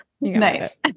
Nice